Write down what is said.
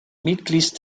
mitglieds